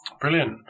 Brilliant